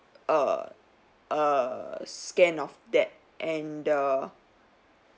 err err scan of that and the